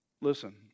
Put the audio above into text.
Listen